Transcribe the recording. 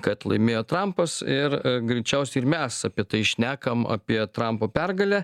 kad laimėjo trampas ir greičiausiai ir mes apie tai šnekam apie trampo pergalę